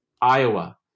Iowa